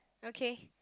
okay